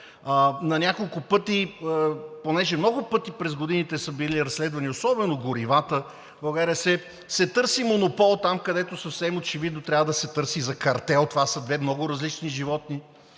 На няколко пъти, понеже много пъти през годините са били разследвани, особено горивата в България, се търси монопол там, където съвсем очевидно трябва да се търси и за картел. Това са две много различни животни.